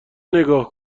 نگاه